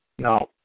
No